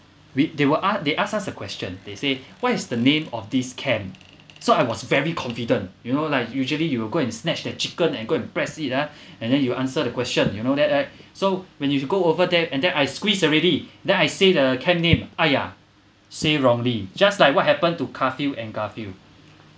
we they were ask they ask us the question they say what is the name of this camp so I was very confident you know like usually you will go and snatched the chicken and go and press it uh and then you answer the question you know that right so when you should go over there and then I squeeze already then I say the camp name !aiya! say wrongly just like what happen to carfield and garfield